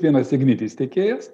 vienas ignitis tiekėjas